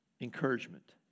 encouragement